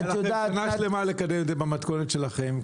הייתה לכם שנה שלמה לקדם את זה במתכונת שלכם.